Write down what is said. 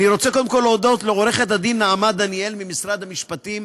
אני רוצה קודם כול להודות לעורכת הדין נעמה דניאל ממשרד המשפטים,